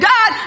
God